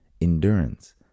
endurance